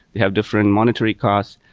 they have different monetary cost.